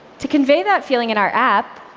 to convey that feeling in our app,